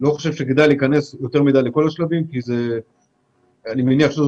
חושב שכדאי להיכנס יותר מידיי לכל השלבים כי אני מניח שזה